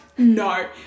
no